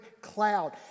cloud